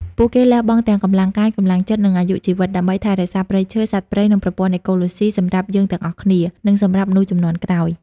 ពួកគេលះបង់ទាំងកម្លាំងកាយ កម្លាំងចិត្ត និងអាយុជីវិត ដើម្បីថែរក្សាព្រៃឈើ សត្វព្រៃ និងប្រព័ន្ធអេកូឡូស៊ីសម្រាប់យើងទាំងអស់គ្នា និងសម្រាប់មនុស្សជំនាន់ក្រោយ។